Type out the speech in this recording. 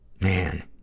Man